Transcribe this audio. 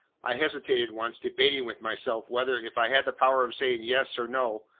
i hesitated once, debating with myself, whether, if i had the power of saying yes or no,